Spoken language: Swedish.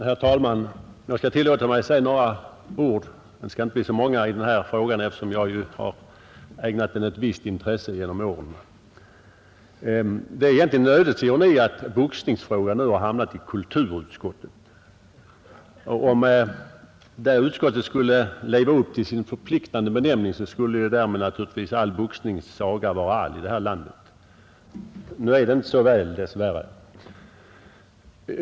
Herr talman! Jag skall tillåta mig att säga några ord — det skall inte bli så många — i boxningsfrågan eftersom jag har ägnat den ett visst intresse genom åren. Det är egentligen en ödets ironi att boxningsfrågan nu har hamnat i kulturutskottet. Om det utskottet skulle leva upp till sin förpliktande benämning skulle naturligtvis därmed all boxnings saga vara all i detta land. Nu är det dessvärre inte så väl.